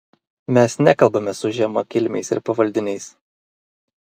mes nekalbame su žemakilmiais ir pavaldiniais